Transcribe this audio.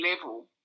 level